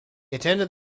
attended